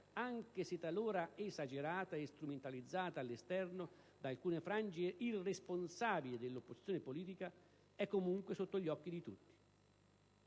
anche se talora esagerata e strumentalizzata all'esterno da alcune frange irresponsabili dell'opposizione politica, è comunque sotto gli occhi di tutti.